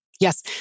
Yes